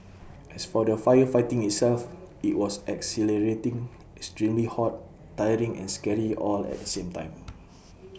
as for the firefighting itself IT was exhilarating extremely hot tiring and scary all at the same time